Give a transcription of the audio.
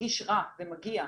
מרגיש רע ומגיע,